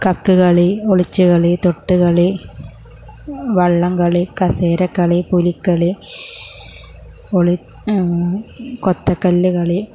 കക്ക് കളി ഒളിച്ചുകളി തൊട്ടുകളി വള്ളംകളി കസേരകളി പുലിക്കളി ഒളി കൊത്തകല്ല്കളി